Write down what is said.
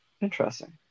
Interesting